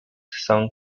song